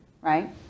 right